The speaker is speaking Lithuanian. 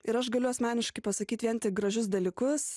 ir aš galiu asmeniškai pasakyt vien tik gražius dalykus